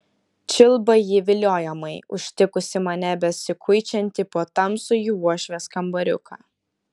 čiulba ji viliojamai užtikusi mane besikuičiantį po tamsųjį uošvės kambariuką